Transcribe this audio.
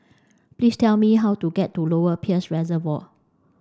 please tell me how to get to Lower Peirce Reservoir